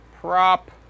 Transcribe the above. Prop